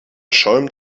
schäumt